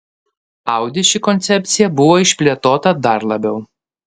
audi ši koncepcija buvo išplėtota dar labiau